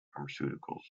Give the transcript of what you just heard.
pharmaceuticals